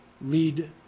lead